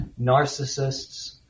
narcissists